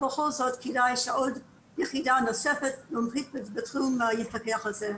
אבל בכל זאת כדאי שעוד יחידה נוספת מומחית בתחום תפקח על זה.